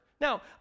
Now